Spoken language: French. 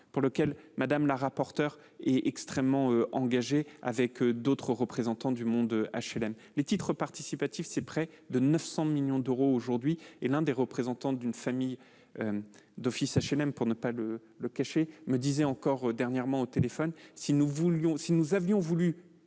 pour lesquels Mme la rapporteure est extrêmement engagée avec d'autres représentants du monde HLM. Les titres participatifs représentent aujourd'hui près de 900 millions d'euros. L'un des représentants d'une famille d'office d'HLM, pour ne pas le cacher, me disait encore dernièrement au téléphone : si nous avions voulu